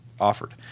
offered